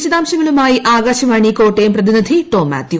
വിശദാംശങ്ങളുമായി ആകാശവാണി കോട്ടയം പ്രതിനിധി ടോം മാത്യു